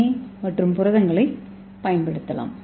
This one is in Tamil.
ஏ மற்றும் புரதங்களைப் பயன்படுத்தலாம்